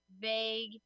Vague